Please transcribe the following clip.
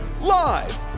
Live